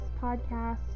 podcast